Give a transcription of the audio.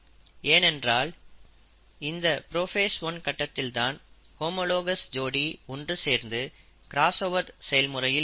ஏனென்றால் இந்த புரோஃபேஸ் 1 கட்டத்தில் தான் ஹோமோலாகஸ் ஜோடி ஒன்று சேர்ந்து கிராஸ்ஓவர் செயல் முறையில் ஈடுபடும்